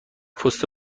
پست